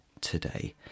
today